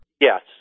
Yes